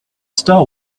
star